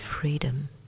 freedom